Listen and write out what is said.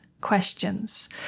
questions